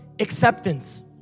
acceptance